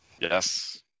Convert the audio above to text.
Yes